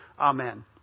Amen